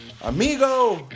Amigo